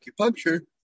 acupuncture